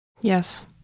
Yes